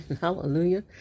Hallelujah